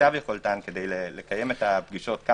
כמיטב יכולתן כדי לקיים את הפגישות.